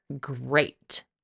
great